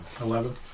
Eleven